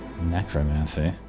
Necromancy